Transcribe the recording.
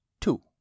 two